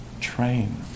train